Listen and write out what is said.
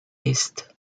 ist